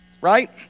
right